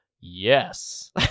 yes